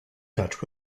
touch